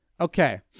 Okay